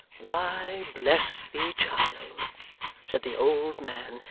why, bless thee, child said the old man,